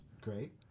Great